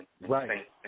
Right